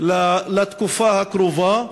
לתקופה הקרובה.